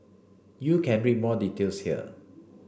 you can read more details here